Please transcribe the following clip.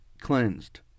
cleansed